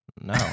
No